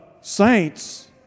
saints